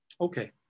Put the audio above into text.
Okay